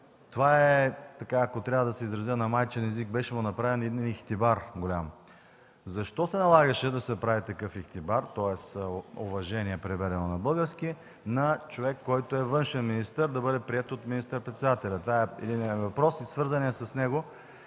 това, ако трябва да се изразя на майчин език, беше му направен един „ихтибар” голям. Защо се налагаше да се прави такъв ихтибар, тоест уважение, преведено на български, на човек, който е външен министър, да бъде приет от министър-председателя? Това е единият ми въпрос и свързаният с него